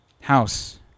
House